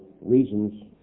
reasons